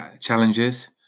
challenges